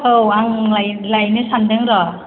औ आं लायनो सान्दों र'